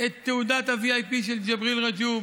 את תעודת ה-VIP של ג'בריל רג'וב.